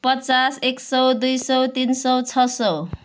पचास एक सय दुई सय तिन सय छ सय